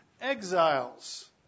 Exiles